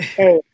hey